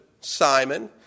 Simon